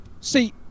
see